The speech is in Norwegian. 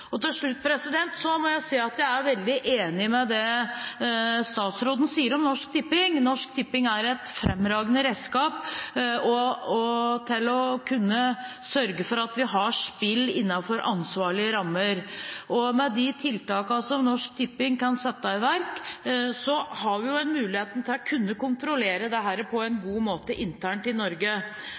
Til slutt må jeg si at jeg er veldig enig i det statsråden sier om Norsk Tipping. Norsk Tipping er et fremragende redskap til å kunne sørge for at vi har spill innenfor ansvarlige rammer, og med de tiltakene som Norsk Tipping kan sette i verk, har vi muligheten til å kunne kontrollere dette på en god måte internt i Norge.